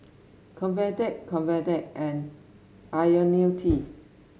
Convatec Convatec and IoniL T